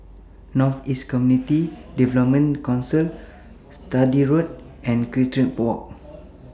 North East Community Development Council Sturdee Road and Equestrian Walk